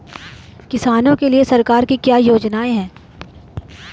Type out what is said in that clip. किसानों के लिए सरकार की क्या योजनाएं हैं?